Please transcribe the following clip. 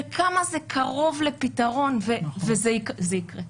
וכמה זה קרוב לפתרון, וזה יקרה.